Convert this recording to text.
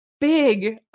big